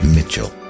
Mitchell